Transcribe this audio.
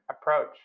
approach